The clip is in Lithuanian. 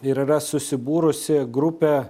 ir yra susibūrusi grupė